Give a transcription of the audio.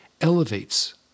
elevates